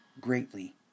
greatly